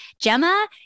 Gemma